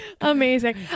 Amazing